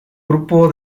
grupo